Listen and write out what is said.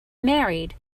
married